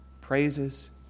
praises